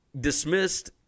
dismissed